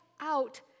out